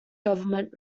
government